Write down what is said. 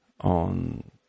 on